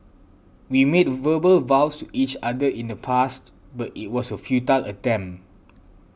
we made verbal vows to each other in the past but it was a futile attempt